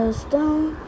stone